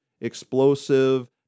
explosive